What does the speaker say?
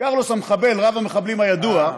קרלוס המחבל, רב המחבלים הידוע,